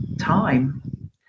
time